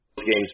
games